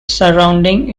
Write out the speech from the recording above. surrounding